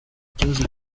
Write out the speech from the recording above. kibazo